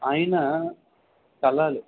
ఆయన వెళ్ళాలి